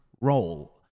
role